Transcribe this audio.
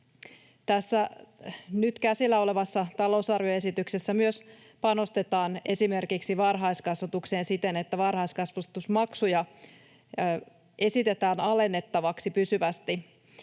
Tässä nyt käsillä olevassa talousarvioesityksessä panostetaan esimerkiksi varhaiskasvatukseen siten, että varhaiskasvatusmaksuja esitetään alennettavaksi pysyvästi,